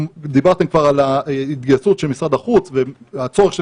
דיברתם כבר על ההתגייסות של משרד החוץ והצורך של